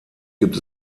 gibt